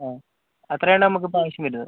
ആ അത്രയാണ് നമുക്ക് ഇപ്പം ആവശ്യം വരുന്നത്